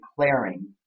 declaring